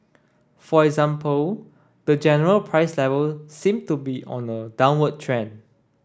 for example the general price level seem to be on a downward trend